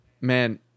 man